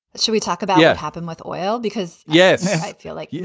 should we talk about yet happen with oil? because, yes, i feel like, yeah